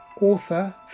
author